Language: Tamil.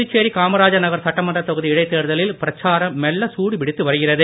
புதுச்சேரி காமராஜர் நகர் சட்டமன்றத் தொகுதி இடைத்தேர்தலில் பிரச்சாரம் மெல்ல சூடு பிடித்து வருகிறது